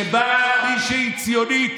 שבאה מישהי ציונית